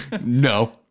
No